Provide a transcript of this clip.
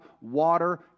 water